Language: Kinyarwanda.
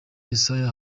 yesaya